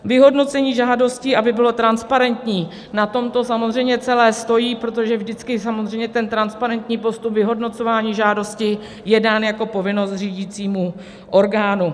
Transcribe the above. Vyhodnocení žádostí, aby bylo transparentní, na tom to samozřejmě celé stojí, protože vždycky samozřejmě ten transparentní postup vyhodnocování žádosti je dán jako povinnost řídícímu orgánu.